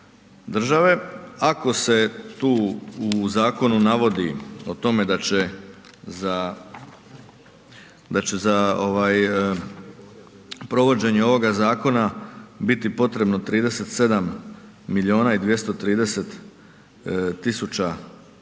države. Ako se tu u zakonu navodi o tome da će za provođenje ovoga zakona biti potrebno 37 milijuna i 230 tisuća